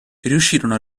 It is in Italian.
riuscirono